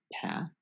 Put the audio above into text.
path